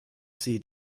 sie